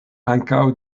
ankaŭ